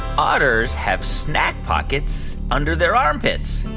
otters have snack pockets under their armpits?